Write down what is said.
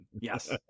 Yes